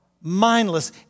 mindless